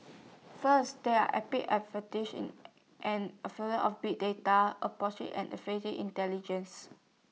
first there are in and of big data and intelligence